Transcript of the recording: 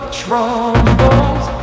troubles